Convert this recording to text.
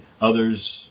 others